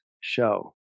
show